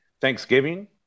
Thanksgiving